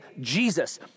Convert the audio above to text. Jesus